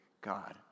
God